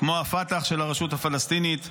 כמו הפת"ח של הרשות הפלסטינית ואחרים.